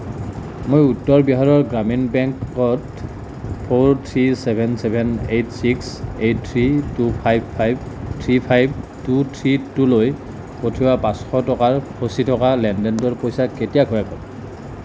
মই উত্তৰ বিহাৰৰ গ্ৰামীণ বেংকত four three seven seven eight six eight three two five five three five two three টুলৈ পঠিওৱা পাঁচশ টকাৰ ফঁচি থকা লেনদেনটোৰ পইচা কেতিয়া ঘূৰাই পাম